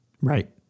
right